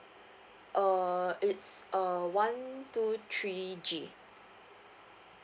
uh it's uh one two three G